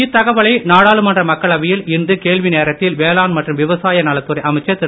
இத்தகவலை நாடாளுமன்ற மக்களவையில் இன்று கேள்வி நேரத்தில் வேளாண் மற்றும் விவசாய நலத்துறை அமைச்சர் திரு